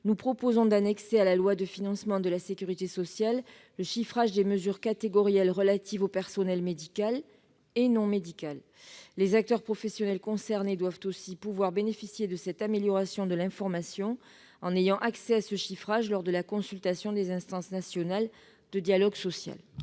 nous proposons d'annexer à la loi de financement de la sécurité sociale le chiffrage des mesures catégorielles relatives aux personnels médical et non médical. Les acteurs professionnels concernés doivent aussi pouvoir bénéficier de cette amélioration de l'information en ayant accès à ce chiffrage lors de la consultation des instances nationales de dialogue social.